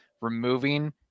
removing